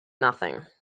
nothing